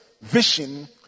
vision